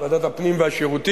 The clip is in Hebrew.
--- ועדת הפנים והשירותים,